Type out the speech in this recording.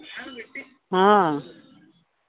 ᱦᱮᱸ